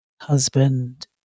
husband